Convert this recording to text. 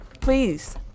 Please